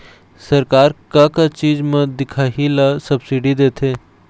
सरकार का का चीज म दिखाही ला सब्सिडी देथे?